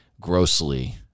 Grossly